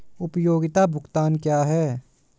उपयोगिता भुगतान क्या हैं?